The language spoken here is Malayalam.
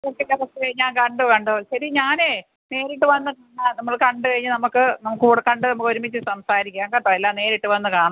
കഴിഞ്ഞാൽ കണ്ടു കണ്ടോ ശരി ഞാനേ നേരിട്ട് വന്ന് ആ നമ്മൾ കണ്ട് കഴിഞ്ഞ് നമുക്ക് കൂടെക്കണ്ട് നമുക്കൊരുമിച്ച് സംസാരിക്കാം കേട്ടോ എല്ലാം നേരിട്ട് വന്ന് കാണാം